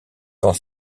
quand